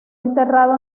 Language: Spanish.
enterrado